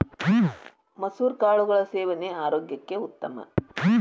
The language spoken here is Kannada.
ಮಸುರ ಕಾಳುಗಳ ಸೇವನೆ ಆರೋಗ್ಯಕ್ಕೆ ಉತ್ತಮ